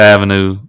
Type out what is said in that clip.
Avenue